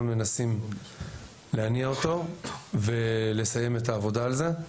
מנסים להניע אותו ולסיים את העבודה על זה.